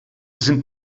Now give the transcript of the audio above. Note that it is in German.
sind